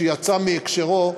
שיצא מהקשרו,